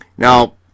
Now